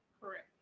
Correct